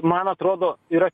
man atrodo yra